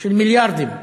של מיליארדים במס,